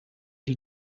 die